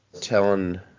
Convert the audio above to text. telling